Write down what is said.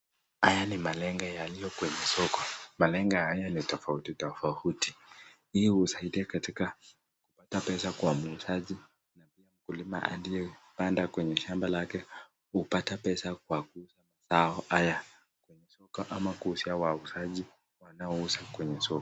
Haya ni malenge yaliyo kwenye soko. Malenge haya ni tofauti tofauti. Hii husaidia katika kupata pesa kwa muuzaji na pia mkulima aliyepanda kwenye shamba lake hupata pesa kwa kuuza mazao haya kwenye soko ama kuuzia wauzaji wanaouza kwenye soko.